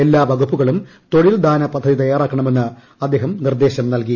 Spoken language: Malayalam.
എല്ലാ വകുപ്പുകളും തൊഴിൽദാന പദ്ധതി തയ്യാറാക്കണമെന്ന് അദ്ദേഹം നിർദ്ദേശം നൽകി